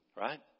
right